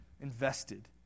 invested